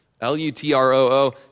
L-U-T-R-O-O